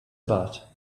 about